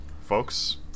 Folks